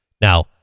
Now